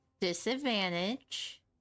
disadvantage